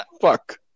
Fuck